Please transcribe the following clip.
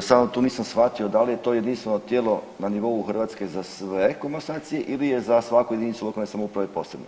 samo tu nisam shvatio da li je to jedinstveno tijelo na nivou Hrvatske za sve komasacije ili je za svaku JLS posebno.